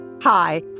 Hi